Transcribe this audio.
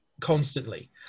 constantly